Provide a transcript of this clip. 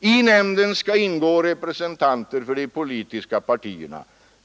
I nämnden skall ingå representanter för de politiska partierna.